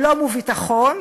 שלום וביטחון.